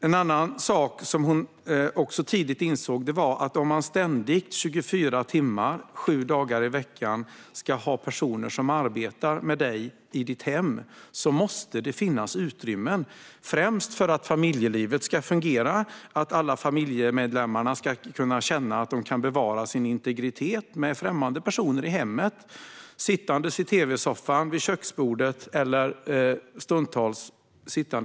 En annan sak som hon tidigt insåg var att om hon ständigt - 24 timmar om dygnet sju dagar i veckan - ska ha personer som arbetar med henne i hennes hem måste det finnas utrymmen främst för att familjelivet ska fungera, så att alla familjemedlemmar ska kunna känna att de kan bevara sin integritet med främmande personer i hemmet när de sitter i tv-soffan eller vid köksbordet eller när de är på toaletten.